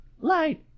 light